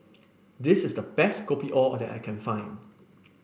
this is the best Kopi O that I can find